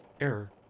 Error